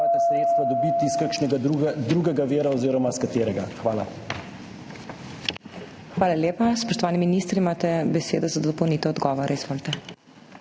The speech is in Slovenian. HOT:** Hvala lepa. Spoštovani minister, imate besedo za dopolnitev odgovora. Izvolite.